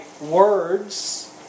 words